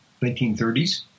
1930s